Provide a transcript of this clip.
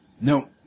No